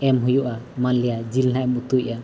ᱮᱢ ᱦᱩᱭᱩᱜᱼᱟ ᱢᱟᱱᱞᱮᱭᱟ ᱡᱤᱞ ᱱᱟᱦᱟᱜ ᱮᱢ ᱩᱛᱩᱭᱮᱫᱼᱟ